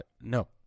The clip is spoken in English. no